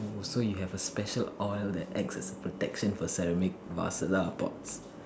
oh so you have a special oil that acts as a protection for ceramic basilar pots